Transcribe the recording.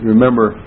Remember